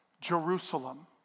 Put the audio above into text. Jerusalem